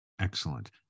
Excellent